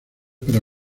para